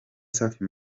safi